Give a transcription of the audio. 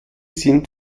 sind